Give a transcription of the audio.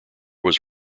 was